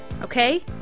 Okay